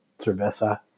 cerveza